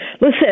Listen